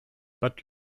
but